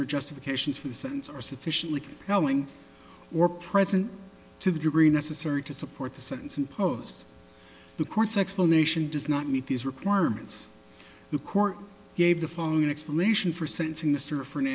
r justifications for the sentence are sufficiently compelling or present to the degree necessary to support the sentence imposed the court's explanation does not meet these requirements the court gave the following explanation for sentencing mr fernand